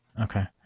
Okay